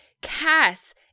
Cass